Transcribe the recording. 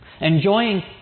Enjoying